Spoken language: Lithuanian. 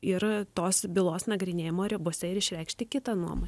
ir tos bylos nagrinėjimo ribose ir išreikšti kitą nuomonę